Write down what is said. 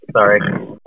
sorry